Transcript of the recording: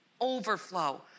overflow